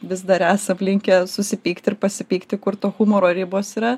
vis dar esam linkę susipykt ir pasipykti kur to humoro ribos yra